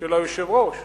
של היושב-ראש